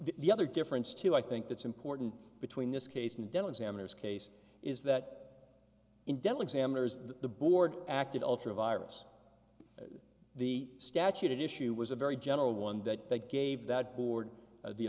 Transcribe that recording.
the other difference too i think that's important between this case in des moines and his case is that in devon samaras the board acted ultra virus the statute issue was a very general one that they gave that board the